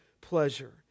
pleasure